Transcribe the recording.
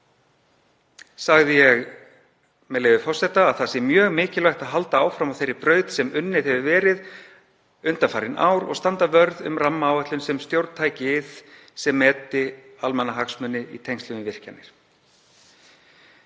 mínu sagði ég að það væri mjög mikilvægt að halda áfram á þeirri braut sem unnið hefur verið undanfarin ár og standa vörð um rammaáætlun sem stjórntækið sem meti almannahagsmuni í tengslum við virkjanir.